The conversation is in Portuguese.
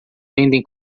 vendem